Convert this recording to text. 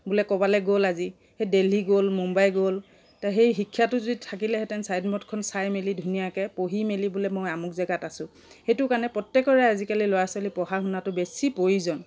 বোলে ক'ৰবালৈ গ'ল আজি সি দিল্লী গ'ল মুম্বাই গ'ল তো সেই শিক্ষাটো যদি থাকিলেহেঁতেন ছাইনবোৰ্ডখন চাই মেলি ধুনীয়াকৈ পঢ়ি মেলি বোলে মই আমুক জেগাত আছোঁ সেইটো কাৰণে প্ৰত্যেকৰে আজিকালি ল'ৰা ছোৱালীৰ পঢ়া শুনাটো বেছি প্ৰয়োজন